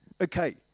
Okay